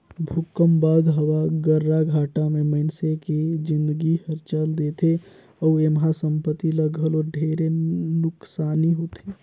भूकंप बाद हवा गर्राघाटा मे मइनसे के जिनगी हर चल देथे अउ एम्हा संपति ल घलो ढेरे नुकसानी होथे